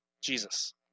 Jesus